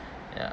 ya